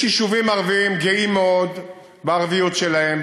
יש יישובים ערביים גאים מאוד בערביות שלהם,